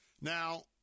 Now